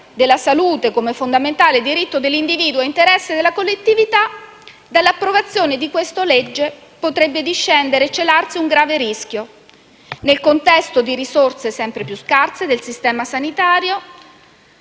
della salute come fondamentale diritto dell'individuo e interesse della collettività, dall'approvazione di questa legge potrebbe discendere e celarsi un grave rischio: nel contesto di risorse sempre più scarse del sistema sanitario